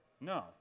No